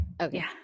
Okay